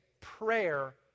prayer